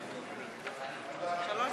נגד,